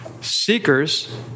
Seekers